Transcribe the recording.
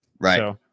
Right